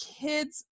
kids